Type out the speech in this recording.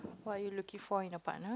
what are you looking for in a partner